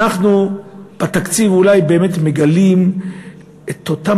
אנחנו בתקציב אולי באמת מגלים את אותה